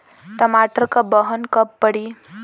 टमाटर क बहन कब पड़ी?